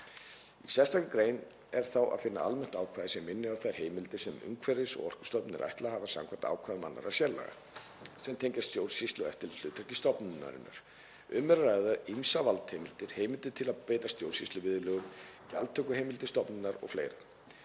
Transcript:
Í sérstakri grein er að finna almennt ákvæði sem minnir á þær heimildir sem Umhverfis- og orkustofnun er ætlað að hafa samkvæmt ákvæðum annarra sérlaga, sem tengjast stjórnsýslu- og eftirlitshlutverki stofnunarinnar. Um er að ræða ýmsar valdheimildir, heimildir til að beita stjórnsýsluviðurlögum, gjaldtökuheimildir stofnunarinnar